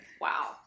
Wow